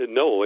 no